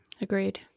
Agreed